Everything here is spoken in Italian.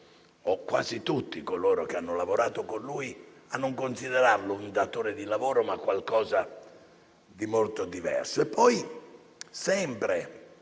o quasi tutti - che hanno lavorato con lui a non considerarlo un datore di lavoro, ma qualcosa di molto diverso.